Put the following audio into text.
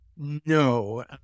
No